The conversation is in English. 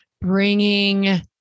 bringing